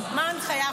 אז נתנו לך הנחיה?